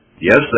Yes